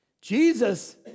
Jesus